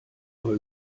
aber